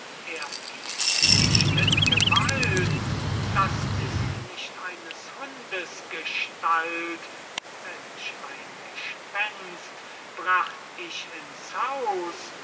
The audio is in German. er hebt sich mit gewalt das ist nicht eines hundes gestalt welch ein gespenst bracht ich ins haus